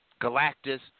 Galactus